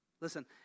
Listen